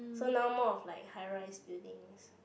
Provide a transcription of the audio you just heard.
so now more of like high rise buildings